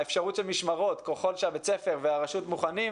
האפשרות של משמרות, ככל שבית הספר והרשות מוכנים,